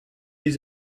les